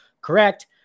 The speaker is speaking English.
Correct